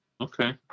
Okay